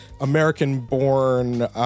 American-born